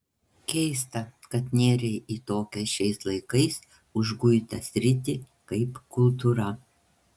keista kad nėrei į tokią šiais laikais užguitą sritį kaip kultūra